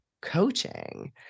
coaching